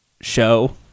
show